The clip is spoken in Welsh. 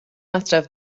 adref